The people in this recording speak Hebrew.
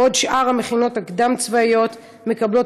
בעוד שאר המכינות הקדם-צבאיות מקבלות